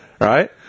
Right